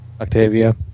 Octavia